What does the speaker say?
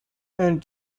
and